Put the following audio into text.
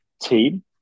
team